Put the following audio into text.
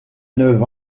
neuf